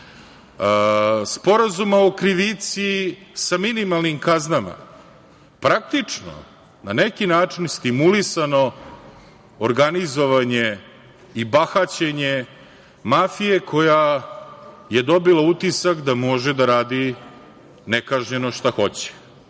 sporazuma o krivici sa minimalnim kaznama, praktično na neki način stimulisano organizovanje i bahaćenje mafije koja je dobila utisak da može da radi nekažnjeno šta hoće.Za